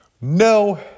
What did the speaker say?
no